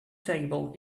table